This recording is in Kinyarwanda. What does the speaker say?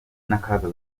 n’akaga